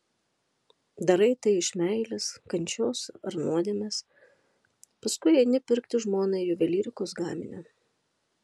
darai tai iš meilės kančios ar nuodėmės paskui eini pirkti žmonai juvelyrikos gaminio